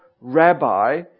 rabbi